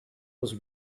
was